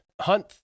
Hunt